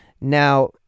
Now